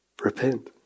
repent